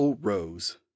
Rose